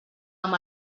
amb